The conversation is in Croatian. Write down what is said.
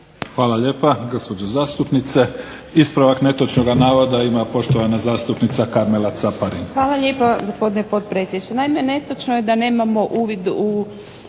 Hvala lijepa gospođo zastupnice. Ispravak netočnog navoda ima poštovana zastupnica Karmela Caparin. Izvolite. **Caparin, Karmela (HDZ)** Hvala lijepa gospodine potpredsjedniče. Naime, netočno je da nemamo uvid u